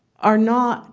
are not